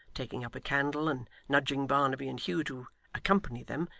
taking up a candle, and nudging barnaby and hugh to accompany them,